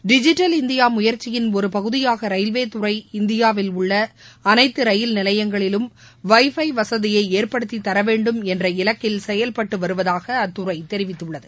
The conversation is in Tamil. டிஜிட்டல் இந்தியா முயற்சியின் ஒரு பகுதியாக ரயில்வே துறை இந்தியாவில் உள்ள அனைத்து ரயில்நிலையங்களிலும் வை ஃபை வசதியை ஏற்படுத்தி தரவேண்டும் என்ற இலக்கில் செயல்பட்டு வருவதாக அத்துறை தெரிவித்துள்ளது